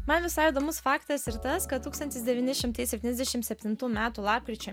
man visai įdomus faktas ir tas kad tūkstantis devyni šimtai septnyniasdešim septintų metų lapkričio